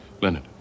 Leonard